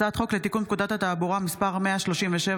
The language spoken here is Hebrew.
הצעת חוק לתיקון פקודת התעבורה (מס' 137),